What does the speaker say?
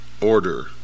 order